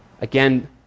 Again